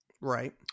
Right